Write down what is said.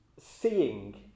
seeing